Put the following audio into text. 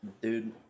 Dude